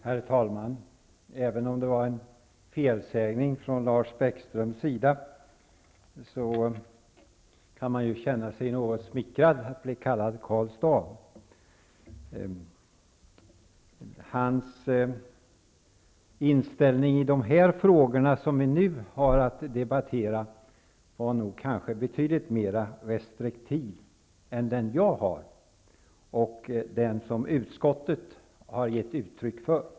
Herr talman! Även om det var en felsägning från Lars Bäckströms sida, kan man ju känna sig något smickrad över att bli kallad Karl Staaff. Hans inställning i de frågor som vi nu har att debattera var kanske betydligt mer restriktiv än den jag har och den som utskottet har gett uttryck för.